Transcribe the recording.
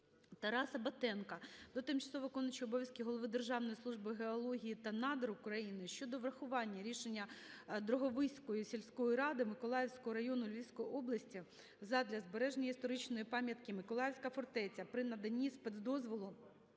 Тараса Батенка до тимчасово виконуючого обов'язки голови Державної служби геології та надр України щодо врахування рішення Дроговизької сільської ради Миколаївського району Львівської області задля збереження історичної пам'ятки "Миколаївська фортеця" при наданні спецдозволу